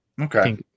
Okay